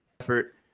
effort